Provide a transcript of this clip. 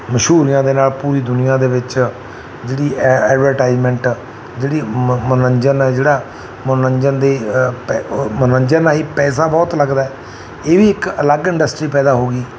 ਮਸ਼ਹੂਰੀਆਂ ਦੇ ਨਾਲ ਪੂਰੀ ਦੁਨੀਆਂ ਦੇ ਵਿੱਚ ਜਿਹੜੀ ਐ ਐਡਵਰਟਾਈਜਮੈਂਟ ਜਿਹੜੀ ਮ ਮਨੋਰੰਜਨ ਹੈ ਜਿਹੜਾ ਮਨੋਰੰਜਨ ਦੀ ਮਨੋਰੰਜਨ ਰਾਹੀਂ ਪੈਸਾ ਬਹੁਤ ਲੱਗਦਾ ਇਹ ਵੀ ਇੱਕ ਅਲੱਗ ਇੰਡਸਟਰੀ ਪੈਦਾ ਹੋ ਗਈ